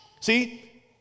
See